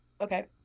Okay